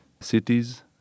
cities